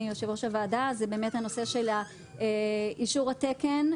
יושב ראש הוועדה זה באמת הנושא של אישור התקן,